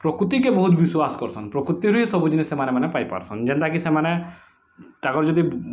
ପ୍ରକୃତିକେ ବହୁତ୍ ବିସ୍ଵାଶ୍ କରସନ୍ ପ୍ରକୃତିରେ ସବୁଜିନିଷ୍ ସେମାନେ ମାନେ ପାଇ ପାରୁସନ୍ ଯେନ୍ତା କି ସେମାନେ ତାକର୍ ଯଦି